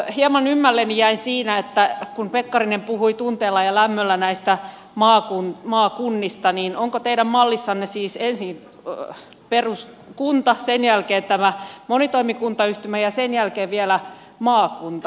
hieman ymmälleni jäin siitä että kun pekkarinen puhui tunteella ja lämmöllä näistä maakunnista niin onko teidän mallissanne siis ensin peruskunta sen jälkeen tämä monitoimikuntayhtymä ja sen jälkeen vielä maakunta